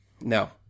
no